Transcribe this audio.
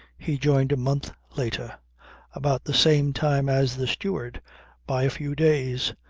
he joined a month later about the same time as the steward by a few days.